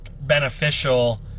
beneficial